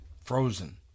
frozen